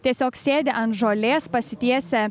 tiesiog sėdi ant žolės pasitiesę